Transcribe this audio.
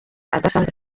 adasanzwe